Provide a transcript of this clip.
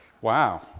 wow